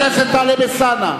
חבר הכנסת טלב אלסאנע,